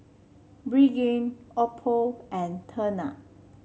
Pregain Oppo and Tena